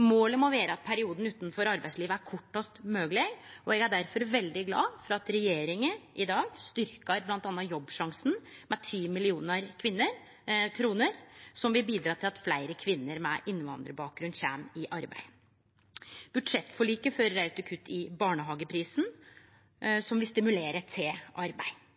Målet må vere at perioden utanfor arbeidslivet er kortast mogleg, og eg er difor veldig glad for at regjeringa i dag styrkjer bl.a. Jobbsjansen med 10 mill. kr, noko som vil bidra til at fleire kvinner med innvandrarbakgrunn kjem i arbeid. Budsjettforliket fører òg til kutt i barnehageprisen, noko som vil stimulere til arbeid.